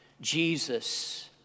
Jesus